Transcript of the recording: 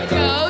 go